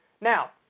Now